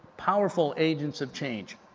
powerful agents of change.